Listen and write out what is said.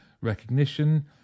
recognition